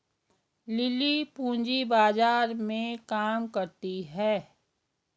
lily पूंजी बाजार में काम करती है